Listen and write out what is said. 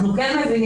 אנחנו כן מבינים,